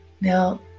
Now